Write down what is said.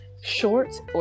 shorts